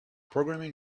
programming